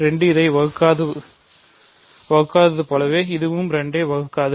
2 இதை வகுக்காது போலவே இதுவும் 2 ஐ வகுக்காது